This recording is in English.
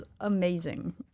amazing